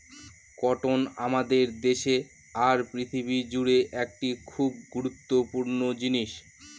cotton আমাদের দেশে আর পৃথিবী জুড়ে একটি খুব গুরুত্বপূর্ণ জিনিস